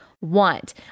want